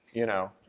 you know.